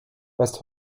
was